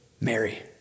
Mary